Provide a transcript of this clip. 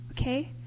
Okay